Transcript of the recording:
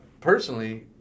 personally